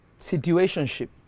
situationship